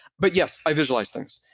but yes, i visualize things.